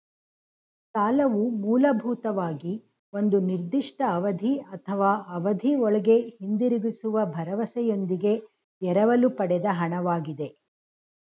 ಸಾಲವು ಮೂಲಭೂತವಾಗಿ ಒಂದು ನಿರ್ದಿಷ್ಟ ಅವಧಿ ಅಥವಾ ಅವಧಿಒಳ್ಗೆ ಹಿಂದಿರುಗಿಸುವ ಭರವಸೆಯೊಂದಿಗೆ ಎರವಲು ಪಡೆದ ಹಣ ವಾಗಿದೆ